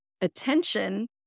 attention